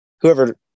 whoever